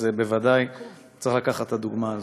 אז בוודאי צריך לקחת את הדוגמה הזאת.